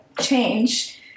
change